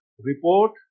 report